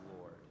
Lord